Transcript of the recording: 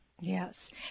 yes